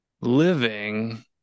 living